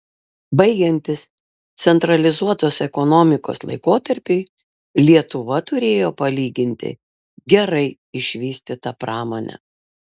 baigiantis centralizuotos ekonomikos laikotarpiui lietuva turėjo palyginti gerai išvystytą pramonę